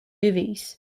movies